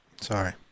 Sorry